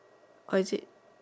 oh is it